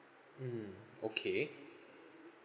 mm okay